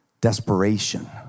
desperation